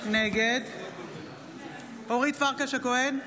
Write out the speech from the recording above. נגד אורית פרקש הכהן,